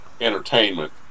entertainment